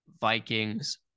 Vikings